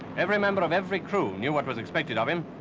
every member of every crew knew what was expected of him.